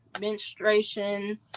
menstruation